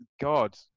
god